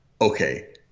okay